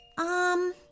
Um